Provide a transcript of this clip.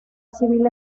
civil